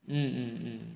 mm mm mm